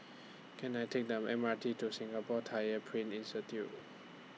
Can I Take The M R T to Singapore Tyler Print Institute